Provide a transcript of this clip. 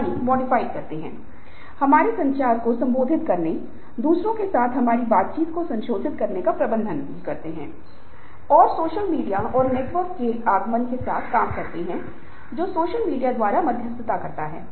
इसलिए एक अच्छा शोधकर्ता होने के लिए आपको एक संस्थान से या एक शैक्षिक कॉलेज से स्नातक होना चाहिए और एक अच्छा शोधकर्ता बनने के लिए पहला कदम यह है कि आपकी स्नातक की डिग्री और फिर आप कुछ राष्ट्रीय परीक्षाओं को लागू करते हैं फिर आप एमएस करेंगे उसके बाद आप UGC द्वारा आयोजित कुछ राष्ट्रीय परीक्षा या गेट वगैरह के लिए जा सकते हैं